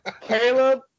Caleb